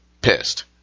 pissed